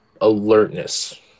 alertness